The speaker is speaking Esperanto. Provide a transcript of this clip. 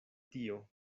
tio